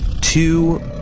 two